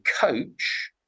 coach